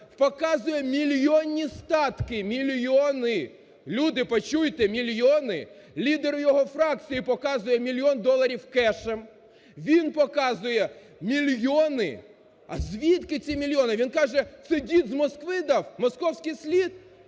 показуємо мільйонні статки – мільйони. Люди, почуйте, мільйони! Лідер його фракції показує мільйон доларів кешем. Він показує мільйони. А звідки ці мільйони? Він каже, це дід з Москви дав. Московський слід?